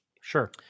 Sure